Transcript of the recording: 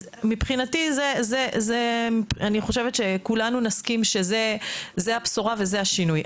מבחינתי אני חושבת שכולנו נסכים שזו הבשורה וזה השינוי.